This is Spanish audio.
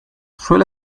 suele